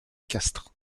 castres